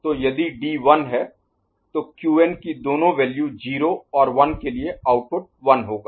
तो यदि D 1 है तो Qn की दोनों वैल्यू 0 और 1 के लिए आउटपुट 1 होगा